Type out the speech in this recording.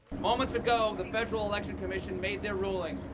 moments ago the federal election commission made their ruling.